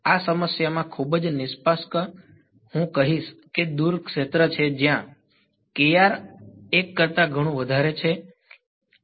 આ સમસ્યામાં ખૂબ જ નિષ્કપટ હું કહીશ કે દૂર ક્ષેત્ર છે જ્યાં છે